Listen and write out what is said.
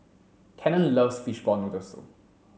Cannon loves fishball noodle soup